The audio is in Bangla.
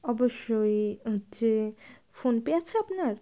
অবশ্যই যে ফোনপে আছে আপনার